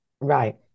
Right